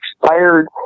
expired